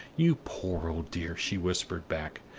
you poor old dear! she whispered back,